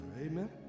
Amen